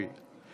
19 יהודים נרצחו,